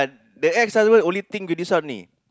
the ex-husband only think with this one only